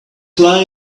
fly